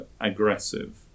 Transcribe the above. aggressive